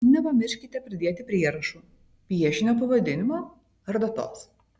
nepamirškite pridėti prierašų piešinio pavadinimo ar datos